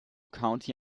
county